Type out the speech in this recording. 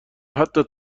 حتی